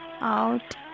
out